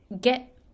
get